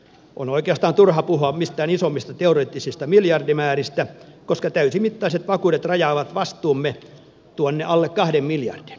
on oikeastaan turha puhua isommista teoreettisista miljardimääristä koska täysimittaiset vakuudet rajaavat vastuumme tuonne alle kahden miljardin